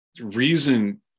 Reason